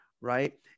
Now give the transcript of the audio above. Right